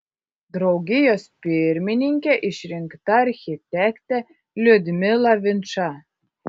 draugijos pirmininke išrinkta architektė liudmila vinča